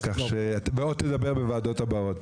אז בוא תדבר בוועדות הבאות.